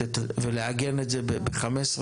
נעמה לזימי (יו"ר הוועדה המיוחדת לענייני